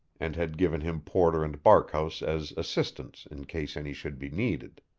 and had given him porter and barkhouse as assistants in case any should be needed.